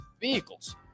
vehicles